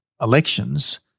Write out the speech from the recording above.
elections